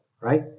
right